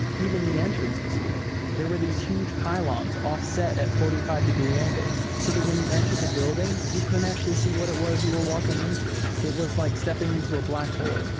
even the entrance was scary. there were these huge pylons offset at forty five degree angles so that when you entered the building, you couldn't actually see what it was you were walking into. it was like stepping into a black hole